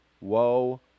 woe